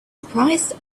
surprised